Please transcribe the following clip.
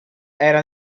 era